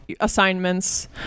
assignments